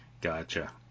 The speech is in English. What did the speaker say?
Gotcha